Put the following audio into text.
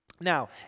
Now